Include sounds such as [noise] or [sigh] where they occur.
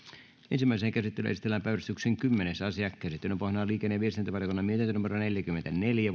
ensimmäiseen käsittelyyn esitellään päiväjärjestyksen kymmenes asia käsittelyn pohjana on liikenne ja viestintävaliokunnan mietintö neljäkymmentäneljä [unintelligible]